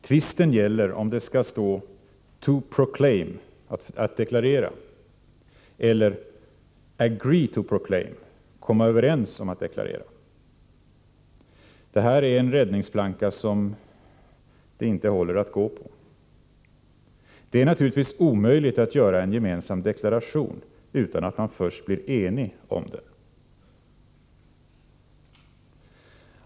Tvisten gäller om det skall stå ”to proclaim” eller ”agree to proclaim” . Detta är en räddningsplanka som inte håller att gå på. Det är naturligtvis omöjligt att göra en gemensam deklaration utan att först bli enig om den.